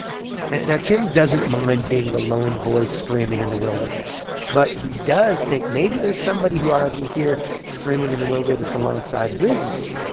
and now tim doesn't mind being the lone voice screaming in the wilderness, but he does think, maybe there's somebody who ought to be here screaming in the wilderness alongside with me.